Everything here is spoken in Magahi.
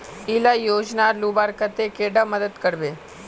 इला योजनार लुबार तने कैडा मदद करबे?